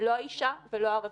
לא האישה ולא הרווחה.